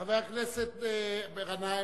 חבר הכנסת גנאים,